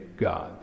God